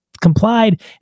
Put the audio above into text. complied